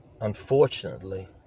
unfortunately